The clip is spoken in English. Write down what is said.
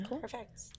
perfect